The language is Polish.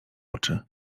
oczy